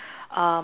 um